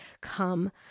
come